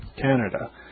Canada